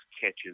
catches